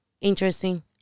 interesting